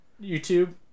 YouTube